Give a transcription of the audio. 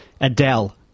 adele